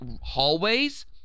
hallways